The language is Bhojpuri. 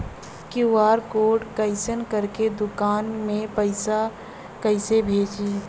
क्यू.आर कोड स्कैन करके दुकान में पैसा कइसे भेजी?